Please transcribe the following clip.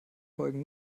folgen